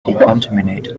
decontaminate